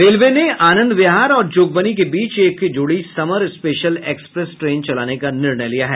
railway ने आनंद विहार और जोगबनी के बीच एक जोड़ी समर स्पेशल एक्सप्रेस ट्रेन चलाने का निर्णय लिया है